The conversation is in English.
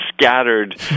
scattered